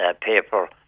paper